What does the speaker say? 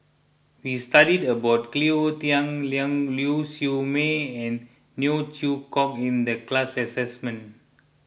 we studied about Cleo Thang Ling Siew May and Neo Chwee Kok in the class assignment